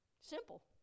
Simple